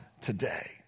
today